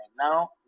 Now